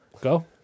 Go